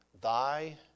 Thy